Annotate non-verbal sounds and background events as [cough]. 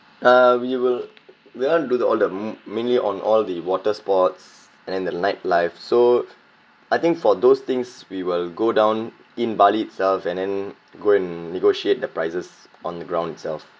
uh we will we want to do the all the [noise] mainly on all the water sports and then the nightlife so I think for those things we will go down in bali itself and then go and negotiate the prices on the ground itself